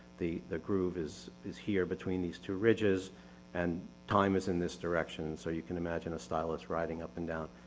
the the groove is is here between these two ridges and time is in this direction, so you can imagine a stylus riding up and down.